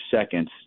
seconds